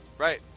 Right